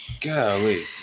golly